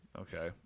Okay